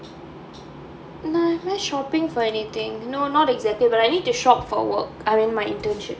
am I shopping for anything no not exactly but I need to shop for work I mean my internship